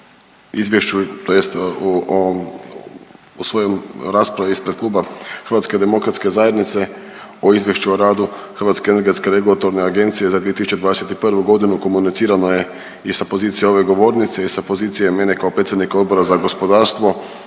izvješću tj. ovom u svojoj raspravi ispred Kluba HDZ-a o Izvješću o radu Hrvatske energetske regulatorne agencije za 2021. godinu komunicirano je i sa pozicije ove govornice i sa pozicije mene kao predsjednika Odbora za gospodarstvo